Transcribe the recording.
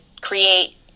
create